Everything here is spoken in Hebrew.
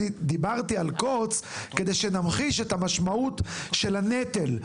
אני דיברתי על קוץ כדי שנמחיש את המשמעות של הנטל.